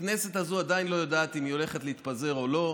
הכנסת הזאת עדיין לא יודעת אם היא הולכת להתפזר או לא,